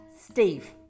Steve